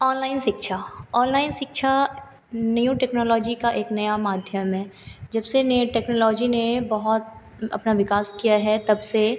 online शिक्षा online शिक्षा new technology का एक नया माध्यम है जबसे ने टेक्नोलॉजी ने बहुत अपना विकास किया है तब से